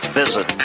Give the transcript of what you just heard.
visit